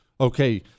okay